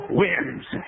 wins